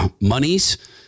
monies